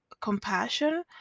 compassion